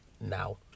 now